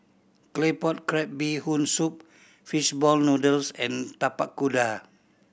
Claypot Crab Bee Hoon Soup fish ball noodles and Tapak Kuda